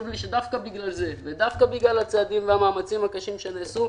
לי שדווקא בגלל זה ודווקא בגלל הצעדים והמאמצים הקשים שנעשו,